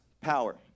power